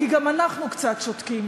כי גם אנחנו קצת שותקים.